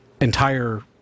entire